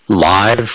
Live